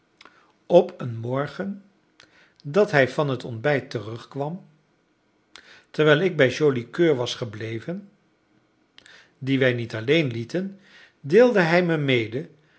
op een morgen dat hij van het ontbijt terugkwam terwijl ik bij joli coeur was gebleven dien wij niet alleen lieten deelde hij me mede